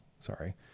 sorry